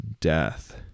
death